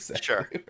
Sure